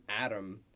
atom